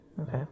Okay